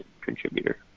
contributor